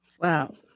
Wow